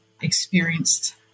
experienced